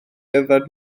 yfed